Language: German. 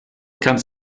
kannst